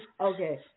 okay